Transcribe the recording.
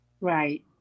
Right